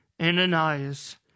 Ananias